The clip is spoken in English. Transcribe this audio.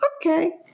Okay